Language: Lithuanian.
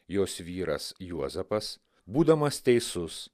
jos vyras juozapas būdamas teisus